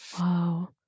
Wow